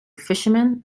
fishermen